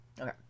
Okay